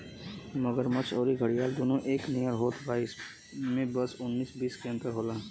मगरमच्छ अउरी घड़ियाल दूनो एके नियर होत बा इमे बस उन्नीस बीस के अंतर होला